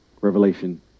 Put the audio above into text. Revelation